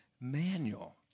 manual